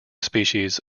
species